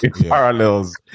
parallels